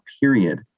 period